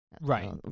right